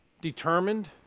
determined